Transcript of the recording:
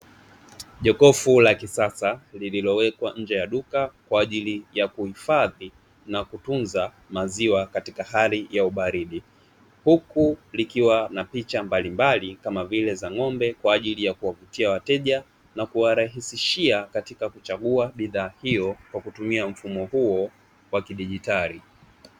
Jokofu la kisasa lililowekwa nje ya duka kwa ajili ya kuhifadhi na kutunza maziwa katika hali ya ubaridi, huku likiwa na picha mbalimbali kama vile za ng'ombe kwa ajili ya kuwavutia wateja na kuwarahisishia katika kuchagua bidhaa hiyo kwa kutumia mfumo huo wa kidigitali.